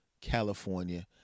California